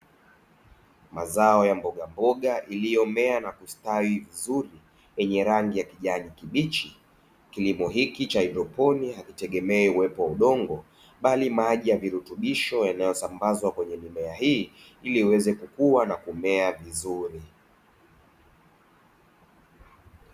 Mazao ya mbogamboga yaliyomea na kustawi vizuri yenye rangi ya kijani kibichi, kilimo hichi cha hydroponi hakitegemei udongo bali maji ya virutubisho yaliyo sambazwa kwenye mimea hii ili iweze kukua na kumea vizuri.